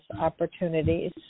opportunities